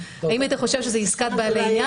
האם היית חושב שזו עסקת בעלי עניין?